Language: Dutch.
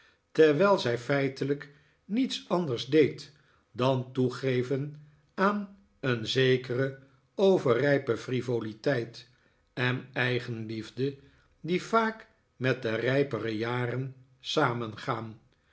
terwijl zij feitelijk niets anders deed dan toegeven aan een zekere overrijpe frivoliteit en eigenliefde die vaak met de rijpere jaren samengaan